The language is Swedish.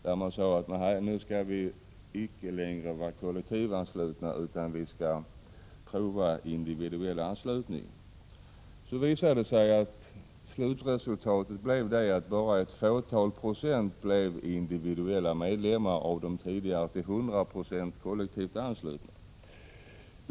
Där sade man att nu skall vi icke längre vara kollektivt anslutna, utan vi skall prova individuell anslutning. Det visade sig att slutresultatet blev att bara ett fåtal procent blev individuella medlemmar av de tidigare till hundra procent kollektivt anslutna.